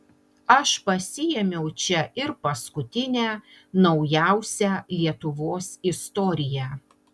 aš pasiėmiau čia ir paskutinę naujausią lietuvos istoriją